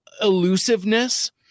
elusiveness